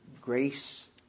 Grace